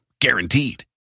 Guaranteed